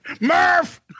murph